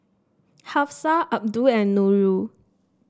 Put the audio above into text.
Hafsa Abdul and Nurul